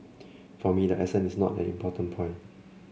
for me the accent is not an important point